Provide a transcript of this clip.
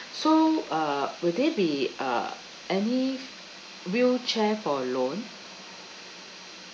so uh will there be uh any wheelchair for loan